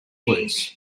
flutes